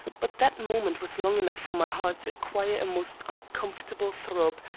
but that moment was long enough for my heart to acquire a most uncomfortable throb,